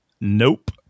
nope